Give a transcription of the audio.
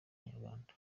abanyarwanda